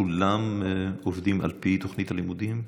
כולם עובדים על פי תוכנית הלימודים?